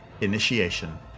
Initiation